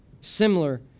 Similar